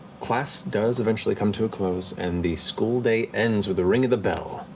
class does eventually come to a close, and the school day ends with the ring of the bell.